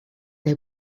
they